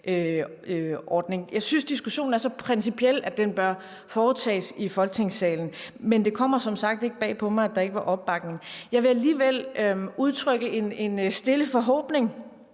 Jeg synes, at diskussionen er så principiel, at den bør foretages i Folketingssalen, men det kommer som sagt ikke bag på mig, at der ikke er opbakning til det. Jeg vil alligevel udtrykke en stille forhåbning,